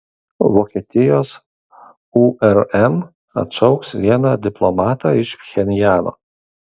vokietijos urm atšauks vieną diplomatą iš pchenjano